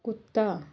ਕੁੱਤਾ